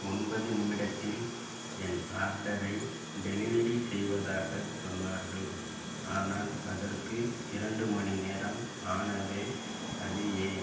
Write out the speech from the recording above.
ஒன்பது நிமிடத்தில் என் ஆர்டரை டெலிவெரி செய்வதாக சொன்னார்கள் ஆனால் அதற்கு இரண்டு மணிநேரம் ஆனதே அது ஏன்